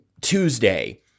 Tuesday